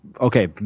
Okay